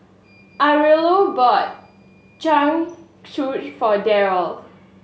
Aurilla bought Jingisukan for Darryl